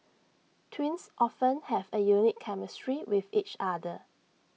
twins often have A unique chemistry with each other